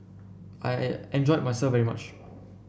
I enjoyed myself very much